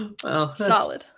Solid